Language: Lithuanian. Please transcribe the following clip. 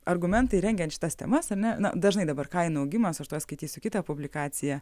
argumentai rengiant šitas temas ar ne na dažnai dabar kainų augimas aš tuoj skaitysiu kitą publikaciją